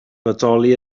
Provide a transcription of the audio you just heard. bodoli